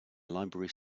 library